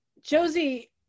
Josie